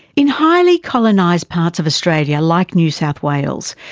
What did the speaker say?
in highly colonised parts of australia, like new south wales,